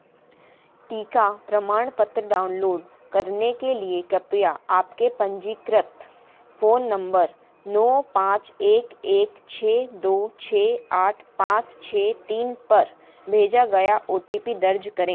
टीका प्रमाणपत्र डाउनलोड करने के लिए कपया आपके पंजीकृत फ़ोन नंबर नौ पाँच एक एक छः दो छः आठ पाँच छः तीन पर भेजा गया ओ टी पी दर्ज करें